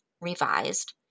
Revised